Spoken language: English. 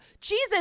Jesus